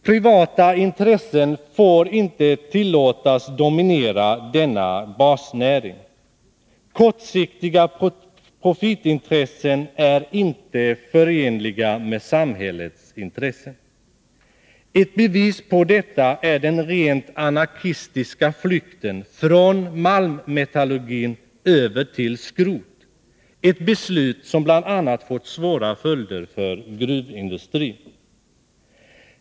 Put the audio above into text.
Privata intressen får inte tillåtas dominera denna basnäring. Kortsiktiga profitintressen är inte förenliga med samhällets intressen. Ett bevis på detta är den rent anarkistiska flykten från malmmetallurgin över till skrot, ett beslut som bl.a. fått svåra följder för gruvindustrin.